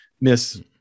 miss